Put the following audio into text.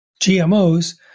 GMOs